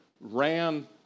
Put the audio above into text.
ran